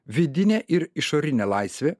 vidinė ir išorinė laisvė